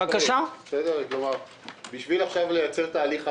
כדי לייצר עכשיו תהליך חדש,